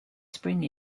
spring